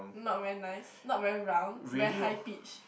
not very nice not very round very high pitch